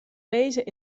lezen